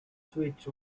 switch